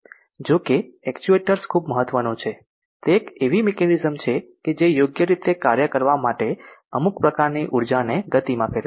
જો કે એક્ચ્યુએટર્સ ખૂબ મહત્વનું છે તે એક એવી મિકેનિઝમ છે કે જે યોગ્ય રીતે કાર્ય કરવા માટે અમુક પ્રકારની ઊર્જાને ગતિમાં ફેરવે છે